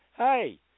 Hey